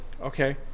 Okay